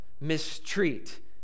mistreat